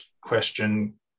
question